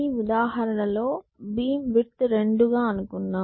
ఈ ఉదాహరణలో beam width రెండు గా అనుకున్నాం